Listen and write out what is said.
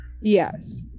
Yes